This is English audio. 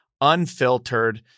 unfiltered